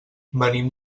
venim